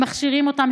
הם מכשירים אותם,